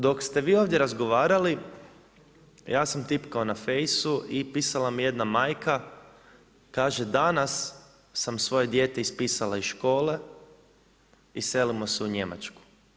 Dok ste vi ovdje razgovarali, ja sam tipkao na fejsu i pisala mi je jedna majka, kaže danas sam svoje dijete ispisala iz škole i selimo se u Njemačku.